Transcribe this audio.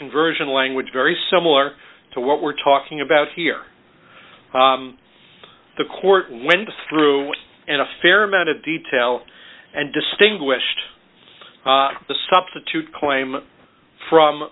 conversion language very similar to what we're talking about here the court went through and a fair amount of detail and distinguished the substitute claim from